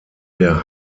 der